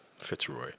Fitzroy